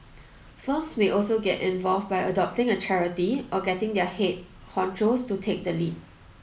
firms may also get involved by adopting a charity or getting their head honchos to take the lead